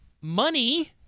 money